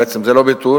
בעצם זה לא ביטול,